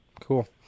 Cool